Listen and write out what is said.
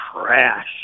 trash